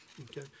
okay